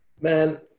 Man